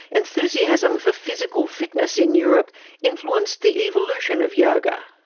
enthusiasm for physical fitness in europe influenced the evolution of yoga.